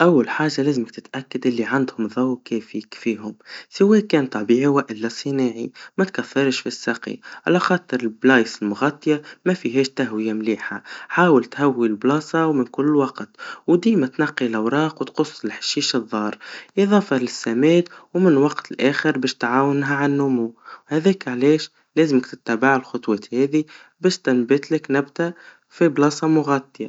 أول حاجا لازم تتأكد اللي عندهم ضو كافي يكفيهم, سوا كان طبيعي ولا صناعي, متكثرش في السقي, على خاطر الأماكن المغطيا مفيهاش تهويا مليحا, حاول تهوي المكان من كل وقت وديما تنقي الأوراق وتقص الحشيشة الضارة, إضافة للسماد من وقتت لآخر باش تعاونهم على النمو, هذيك عليش لازم انك تتبع الخطوات هذي, باش تنبتلك نبتا في مكان مغطي.